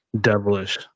devilish